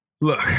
look